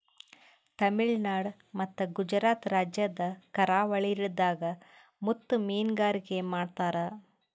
ತಮಿಳುನಾಡ್ ಮತ್ತ್ ಗುಜರಾತ್ ರಾಜ್ಯದ್ ಕರಾವಳಿದಾಗ್ ಮುತ್ತ್ ಮೀನ್ಗಾರಿಕೆ ಮಾಡ್ತರ್